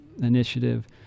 initiative